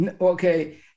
Okay